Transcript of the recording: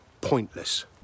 pointless